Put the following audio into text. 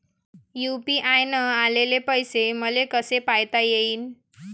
UPI न आलेले पैसे मले कसे पायता येईन?